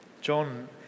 John